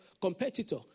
competitor